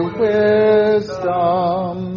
wisdom